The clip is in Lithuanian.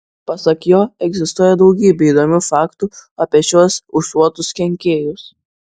pasak jo egzistuoja daugybė įdomių faktų apie šiuos ūsuotuosius kenkėjus